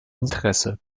interesse